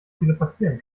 teleportieren